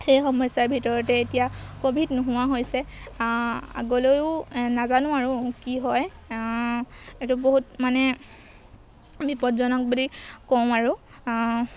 সেই সমস্যাৰ ভিতৰতে এতিয়া ক'ভিড নোহোৱা হৈছে আগলৈও নাজানো আৰু কি হয় এইটো বহুত মানে বিপদজনক বুলি কম আৰু